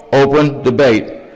open debate,